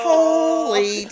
Holy